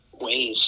ways